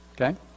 Okay